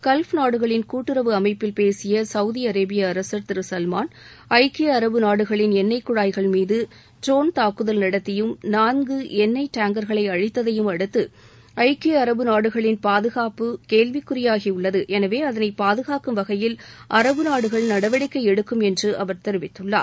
gulf நாடுகளின் கூட்டுறவு அமைப்பில் பேசிய கவுதி அரேபிய அரசர் திரு சவ்மான் ஐக்கிய அரபு நாடுகளின் எண்ணொய் குழாய்கள் மீது ட்ரோன் தாக்குதல் நடத்தியும் நான்கு எண்ணொய் டாங்கர்களை அழித்ததையும் அடுத்து ஐக்கிய அரபு நாடுகளின் பாதகாப்பு கேள்விக்குறியாகி உள்ளது எனவே அதனை பாதுகாக்கும் வகையில் அரபு நாடுகள் நடவடிக்கை எடுக்கும் என்று அவர் தெரிவித்துள்ளார்